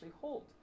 hold